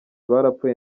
barapfuye